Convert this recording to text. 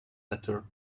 letter